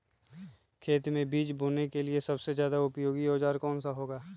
खेत मै बीज बोने के लिए सबसे ज्यादा उपयोगी औजार कौन सा होगा?